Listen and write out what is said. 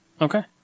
Okay